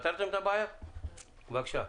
בבקשה.